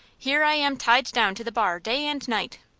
here i am tied down to the bar day and night.